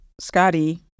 Scotty